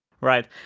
Right